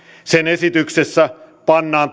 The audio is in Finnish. sen esityksessä pannaan